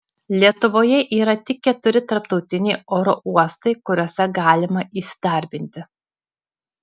lietuvoje yra tik keturi tarptautiniai oro uostai kuriuose galima įsidarbinti